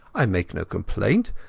i make no complaint,